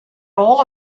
all